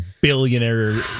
billionaire